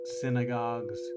synagogues